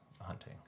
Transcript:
hunting